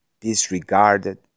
disregarded